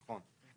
נכון.